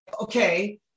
okay